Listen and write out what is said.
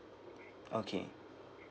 okay